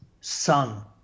son